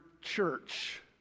church